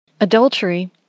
Adultery